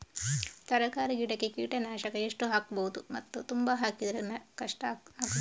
ತರಕಾರಿ ಗಿಡಕ್ಕೆ ಕೀಟನಾಶಕ ಎಷ್ಟು ಹಾಕ್ಬೋದು ಮತ್ತು ತುಂಬಾ ಹಾಕಿದ್ರೆ ಕಷ್ಟ ಆಗಬಹುದ?